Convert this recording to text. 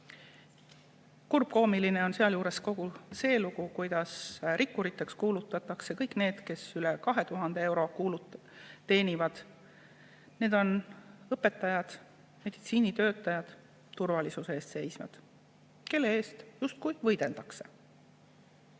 Kurbkoomiline on sealjuures kogu see lugu, kuidas rikkuriteks kuulutatakse kõik need, kes üle 2000 euro teenivad. Need on õpetajad, meditsiinitöötajad ja turvalisuse eest seisjad, kelle eest justkui võideldakse.